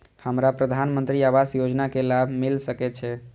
हमरा प्रधानमंत्री आवास योजना के लाभ मिल सके छे?